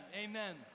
Amen